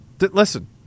Listen